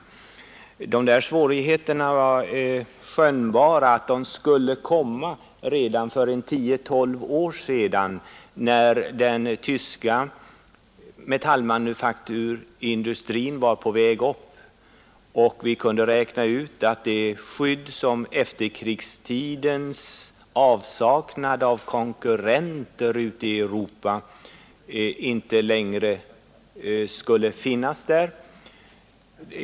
att förbättra det näringspolitiska läget i Södermanland att förbättra det näringspolitiska läget i Södermanland Att de svårigheterna skulle komma kunde skönjas redan för tio—tolv år sedan när den tyska metallmanufakturindustrin var på väg upp och vi kunde räkna ut att det skydd som efterkrigstidens avsaknad av konkurrenter ute i Europa utgjorde inte längre skulle finnas.